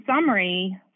summary